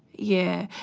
yeah.